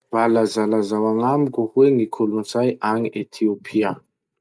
Mba lazalazao agnamiko hoe ny kolotsay agny Etiopia?